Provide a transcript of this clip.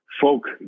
folk